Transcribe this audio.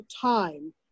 time